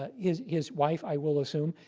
ah his his wife, i will assume,